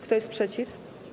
Kto jest przeciw?